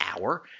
hour